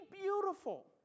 beautiful